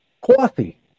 Coffee